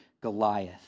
Goliath